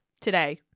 today